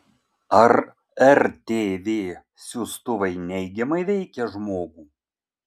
ar rtv siųstuvai neigiamai veikia žmogų